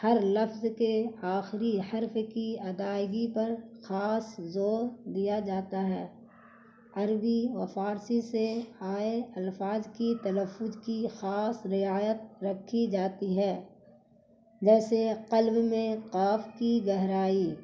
ہر لفظ کے آخری حرف کی ادائیگی پر خاص زور دیا جاتا ہے عربی و فارسی سے آئے الفاظ کی تلفظ کی خاص رعایت رکھی جاتی ہے جیسے قلب میں قاف کی گہرائی